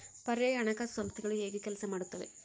ಪರ್ಯಾಯ ಹಣಕಾಸು ಸಂಸ್ಥೆಗಳು ಹೇಗೆ ಕೆಲಸ ಮಾಡುತ್ತವೆ?